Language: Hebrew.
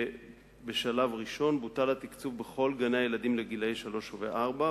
בשלב הראשון בוטל התקצוב בכל גני-הילדים לגילאי שלוש וארבע,